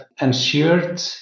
ensured